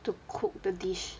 to cook the dish